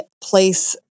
place